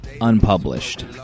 unpublished